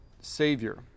Savior